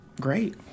great